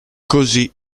così